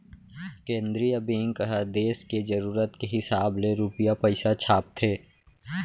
केंद्रीय बेंक ह देस के जरूरत के हिसाब ले रूपिया पइसा छापथे